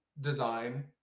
design